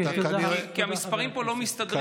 כי המספרים פה לא מסתדרים.